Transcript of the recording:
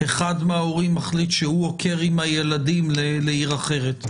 אחד מההורים מחליט שהוא עוקר עם הילדים לעיר אחרת.